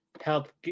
help